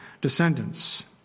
descendants